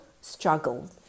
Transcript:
struggle